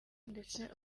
ndetse